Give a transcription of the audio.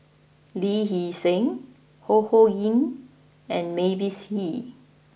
Lee Hee Seng Ho Ho Ying and Mavis Hee